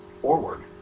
forward